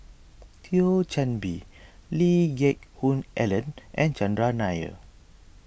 Thio Chan Bee Lee Geck Hoon Ellen and Chandran Nair